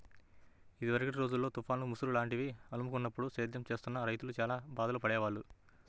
ఇదివరకటి రోజుల్లో తుఫాన్లు, ముసురు లాంటివి అలుముకున్నప్పుడు సేద్యం చేస్తున్న రైతులు చానా బాధలు పడేవాళ్ళు